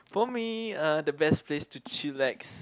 for me uh the best place to chillax